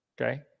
okay